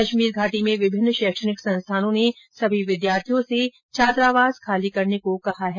कश्मीर घाटी में विभिन्न शैक्षिक संस्थानों ने सभी विद्यार्थियों से छात्रावास खाली करने को कहा है